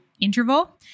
Interval